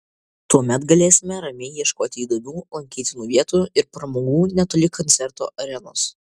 tuomet galėsime ramiai ieškoti įdomių lankytinų vietų ir pramogų netoli koncerto arenos